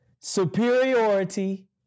superiority